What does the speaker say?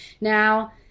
Now